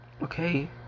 Okay